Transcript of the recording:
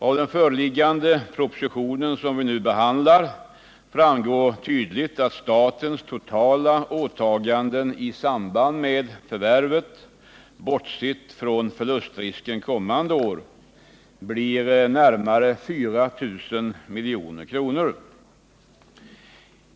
Av föreliggande proposition framgår tydligt att statens totala åtaganden i samband med förvärvet — bortsett från förlustrisken kommande år — blir närmare 4 000 milj.kr.